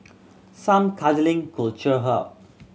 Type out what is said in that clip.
some cuddling could cheer her up